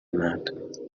مرد